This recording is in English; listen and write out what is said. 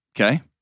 Okay